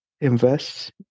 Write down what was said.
invest